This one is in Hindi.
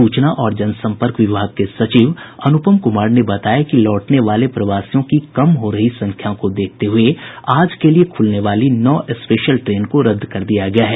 सूचना और जनसम्पर्क विभाग के सचिव अनुपम कुमार ने बताया कि लौटने वाले प्रवासियों की कम हो रही संख्या को देखते हुये आज के लिए खुलने वाली नौ स्पेशल ट्रेन को रद्द कर दिया गया है